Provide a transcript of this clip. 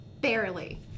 barely